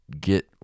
get